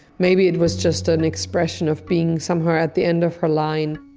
maybe it was just an expression of being somewhere at the end of her line.